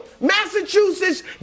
Massachusetts